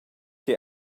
che